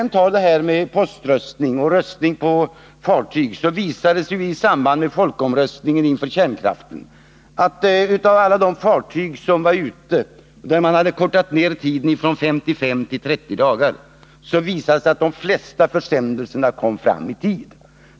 När det gäller poströstning och röstning på fartyg så visade det sig i samband med folkomröstningen om kärnkraften att i fråga om alla de fartyg som befann sig utanför svenska hamnar och för vilka man hade kortat ner tiden från 55 till 30 dagar kom de flesta försändelserna fram i tid.